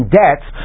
debts